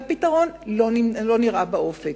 והפתרון לא נראה באופק.